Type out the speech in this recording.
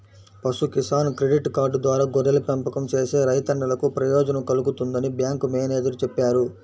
పశు Kisan credit card ద్వారా గొర్రెల పెంపకం చేసే రైతన్నలకు ప్రయోజనం కల్గుతుందని బ్యాంకు మేనేజేరు చెప్పారు